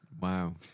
Wow